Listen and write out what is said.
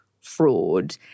fraud